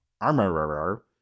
armorer